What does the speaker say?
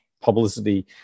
publicity